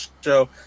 show